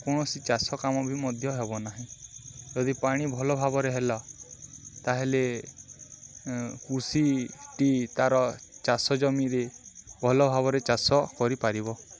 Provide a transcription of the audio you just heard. କୌଣସି ଚାଷ କାମ ବି ମଧ୍ୟ ହେବ ନାହିଁ ଯଦି ପାଣି ଭଲ ଭାବରେ ହେଲା ତାହେଲେ କୃଷିଟି ତାର ଚାଷ ଜମିରେ ଭଲ ଭାବରେ ଚାଷ କରିପାରିବ